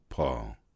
Paul